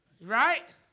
Right